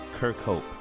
Kirkhope